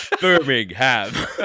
Birmingham